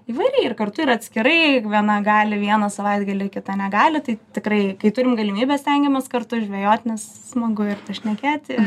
įvairiai ir kartu ir atskirai viena gali vieną savaitgalį kita negali tai tikrai kai turim galimybę stengiamės kartu žvejot nes smagu ir šnekėti